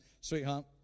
sweetheart